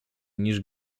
niż